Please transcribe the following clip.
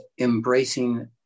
embracing